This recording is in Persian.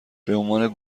بعنوان